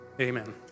Amen